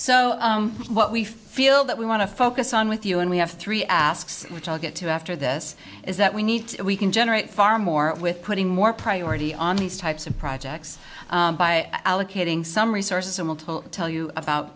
so what we feel that we want to focus on with you and we have three asks which i'll get to after this is that we need we can generate far more with putting more priority on these types of projects by allocating some resources to multiple tell you about